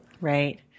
Right